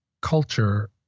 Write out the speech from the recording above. culture